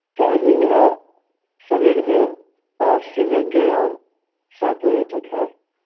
timing है सवेरे में पाँच से लेकर और सात बजे तक है